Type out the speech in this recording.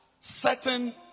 certain